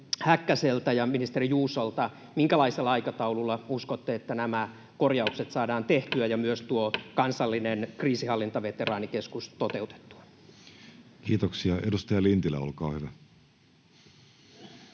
Häkkäseltä ja ministeri Juusolta: minkälaisella aikataululla uskotte, että nämä korjaukset saadaan tehtyä ja myös tuo kansallinen kriisinhallintaveteraanikeskus toteutettua? Kiitoksia. — Edustaja Lintilä, olkaa hyvä.